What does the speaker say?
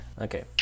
Okay